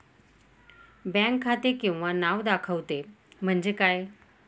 Bank खाते किंवा नाव दाखवते म्हणजे काय?